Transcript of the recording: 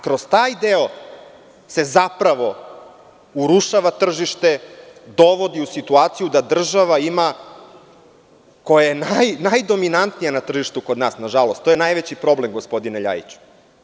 Kroz taj deo se zapravo urušava tržište, dovodi u situaciju da država ima, koje najdominantnije na tržištu kod nas, nažalost, to je najveći problem gospodine Ljajuću.